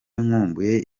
nkumbuye